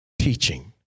teaching